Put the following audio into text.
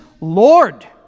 Lord